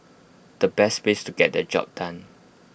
the best place to get the job done